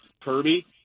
Kirby